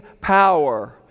power